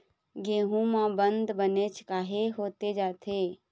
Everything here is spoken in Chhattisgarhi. गेहूं म बंद बनेच काहे होथे जाथे?